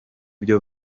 byo